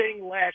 last